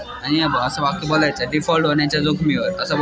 default होण्याच्या जोखमीवर कंपनीच्या कर्जाचो समावेश असलेले आर्थिक व्यवहार